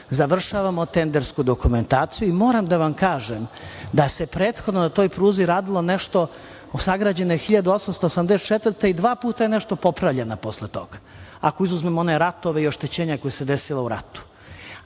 Završavamo tendersku dokumentaciju i moram da vam kažem da se prethodno na toj pruzi radilo nešto… sagrađeno je 1884. i dva puta je nešto popravljena posle toga, ako izuzmemo one ratove i oštećenja koja su se desila u ratu,